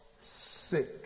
sick